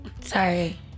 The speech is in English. Sorry